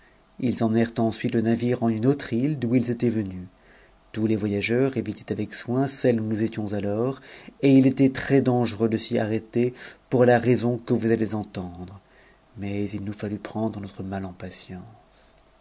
ils emuie t ensuite le navire en une autre e d'où ils étaient venus tous les urs évitaient avec soin celle où nous étions alors et il était trèsdangereux de s'y arrêter pour la raison que vous allez entendre ais ii nous fallut prendre notre mal en patience